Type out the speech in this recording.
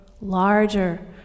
larger